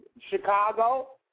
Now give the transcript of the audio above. Chicago